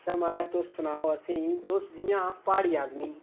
अच्छा महाराज तुस सनाओ असेंगी तुस जि'यां प्हाड़ी आदमी